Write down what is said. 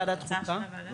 חוקה.